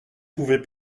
pouvait